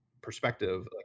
perspective